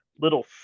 little